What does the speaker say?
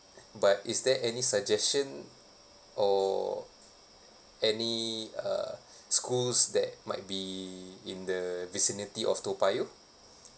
but is there any suggestion or any uh schools that might be in the vicinity of toa payoh